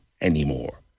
anymore